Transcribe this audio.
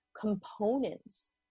components